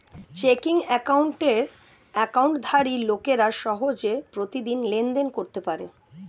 checking অ্যাকাউন্টের অ্যাকাউন্টধারী লোকেরা সহজে প্রতিদিন লেনদেন করতে পারে